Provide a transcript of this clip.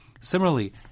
Similarly